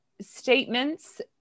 statements